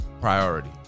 Priority